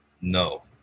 No